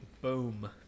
Boom